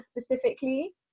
specifically